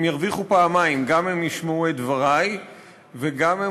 הם ירוויחו פעמיים: גם הם ישמעו את דברי וגם הם,